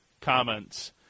comments